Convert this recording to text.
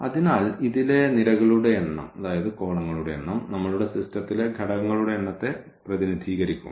അതിനാൽ ഇതിലെ നിരകളുടെ എണ്ണം നമ്മളുടെ സിസ്റ്റത്തിലെ ഘടകങ്ങളുടെ എണ്ണത്തെ പ്രതിനിധീകരിക്കും